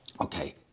Okay